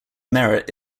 merit